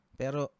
pero